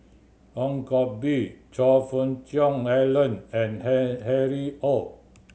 Ong Koh Bee Choe Fook Cheong Alan and Harry Ord